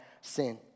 sin